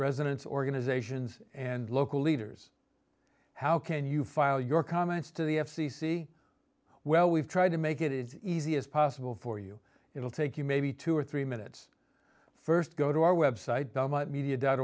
residents organizations and local leaders how can you file your comments to the f c c well we've tried to make it is easy as possible for you it will take you maybe two or three minutes st go to our website belmont media dot